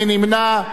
מי נמנע?